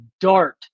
dart